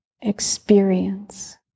experience